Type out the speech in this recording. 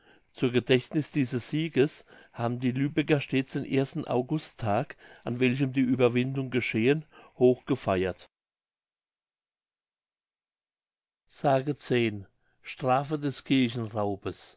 zur gedächtniß dieses sieges haben die lübecker stets den ersten augusttag an welchem die ueberwindung geschehen hoch gefeiert